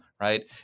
Right